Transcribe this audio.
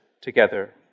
together